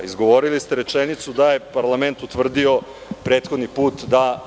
Izgovorili ste rečenicu da je parlament utvrdio prethodni put da